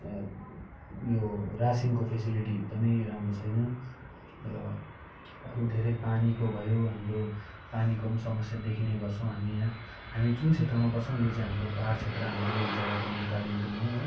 उयो रासिनको फ्यासिलिटी एकदमै राम्रो छैन र अरू धेरै पानीको भयो हाम्रो पानीको पनि समस्या देखिने गर्छौँ हामी यहाँ हामी जुन क्षेत्रमा बस्छौँ यो चाहिँ हाम्रो पाहाड क्षेत्र हाम्रो यो जग्गाको नाम कालिम्पोङ हो है